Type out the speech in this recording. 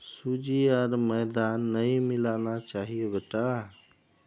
सूजी आर मैदा नई मिलाना चाहिए बेटा